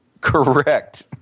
Correct